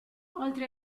oltre